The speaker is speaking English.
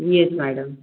yes madam